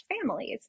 families